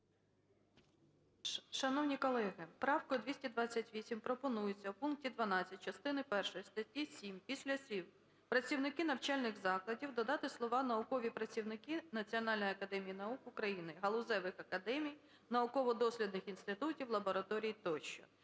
Шановні колеги, правкою 228 пропонується у пункті 12 частини першої статті 7 після слів "працівники навчальних закладів" додати слова "наукові працівники Національної академії наук України, галузевих академій, науково-дослідних інститутів, лабораторій тощо".